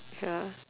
ya